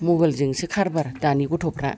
मबाइलजोंसो खारबार दानि गथ'फ्रा